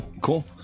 cool